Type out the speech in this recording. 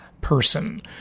person